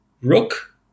Rook